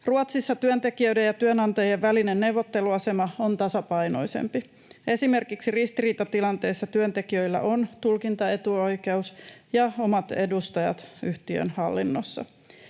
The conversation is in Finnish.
Ruotsissa työntekijöiden ja työnantajien välinen neuvotteluasema on tasapainoisempi. Esimerkiksi ristiriitatilanteessa työntekijöillä on tulkintaetuoikeus ja omat edustajat yhtiön hallinnossa.